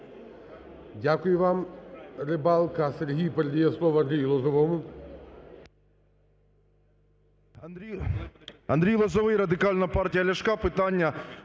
Дякую вам.